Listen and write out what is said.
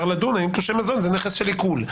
לדון האם תלושי מזון זה נכס של עיקול.